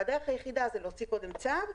והדרך היחידה זה להוציא קודם צו,